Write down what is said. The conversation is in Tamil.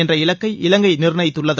என்ற இலக்கை இலங்கை நிர்ணயித்துள்ளது